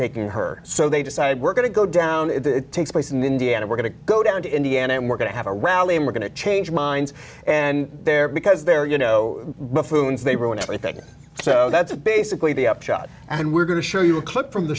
taking her so they decided we're going to go down it takes place in indiana we're going to go down to indiana and we're going to have a rally and we're going to change minds and they're because they're you know buffoons they were and i think so that's basically the upshot and we're going to show you a clip from the